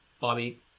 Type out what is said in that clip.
Bobby